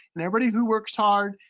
and everybody who works hard,